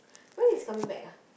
when is he coming back ah